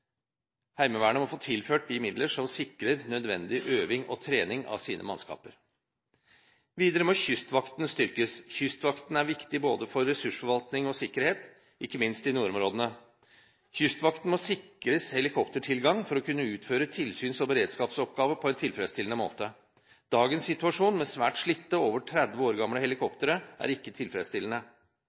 Heimevernet må få tilført de midler som sikrer nødvendig øving og trening av sine mannskaper. Videre må Kystvakten styrkes. Kystvakten er viktig både for ressursforvaltning og sikkerhet, ikke minst i nordområdene. Kystvakten må sikres helikoptertilgang for å kunne utføre tilsyns- og beredskapsoppgaver på en tilfredsstillende måte. Dagens situasjon med svært slitte og over 30 år gamle helikoptre er ikke tilfredsstillende.